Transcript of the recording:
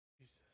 Jesus